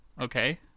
okay